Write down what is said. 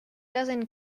dozen